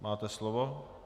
Máte slovo.